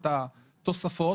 את התוספות,